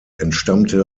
entstammte